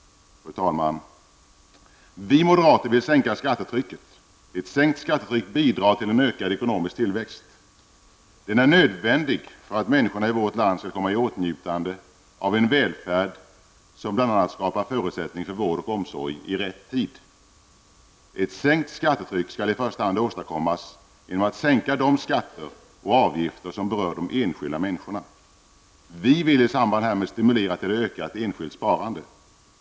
Fru talman! Vi moderater vill sänka skattetrycket. Ett sänkt skattetryck bidrar till en ökad ekonomisk tillväxt. Den är nödvändig för att människorna i vårt land skall komma i åtnjutande av en välfärd som bl.a. skapar förutsättning för vård och omsorg i rätt tid. Ett sänkt skattetryck skall i första hand åstadkommas genom att sänka de skatter och avgifter som berör de enskilda människorna. Vi vill i samband härmed stimulera till ett ökat enskilt sparande.